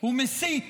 ומסית